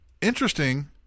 interesting